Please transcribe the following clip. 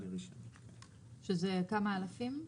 שזה כמה אלפים?